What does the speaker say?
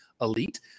elite